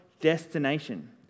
destination